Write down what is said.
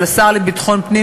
אבל השר לביטחון פנים,